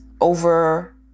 over